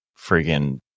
friggin